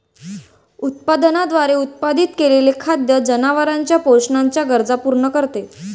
उत्पादनाद्वारे उत्पादित केलेले खाद्य जनावरांच्या पोषणाच्या गरजा पूर्ण करते